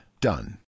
Done